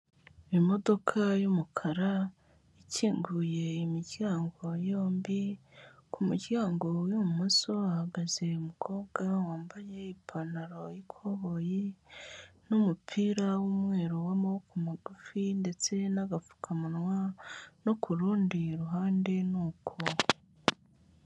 Imodoka y'umukara ikinguye imiryango yombi, ku muryango w'ibumoso hahagaze umukobwa wambaye ipantaro y'ikoboyi n'umupira w'umweru w'amaboko magufi ndetse n'agapfukamunwa, no ku rundi ruhande ni uko.